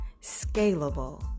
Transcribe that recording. scalable